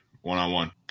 one-on-one